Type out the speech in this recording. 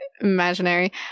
imaginary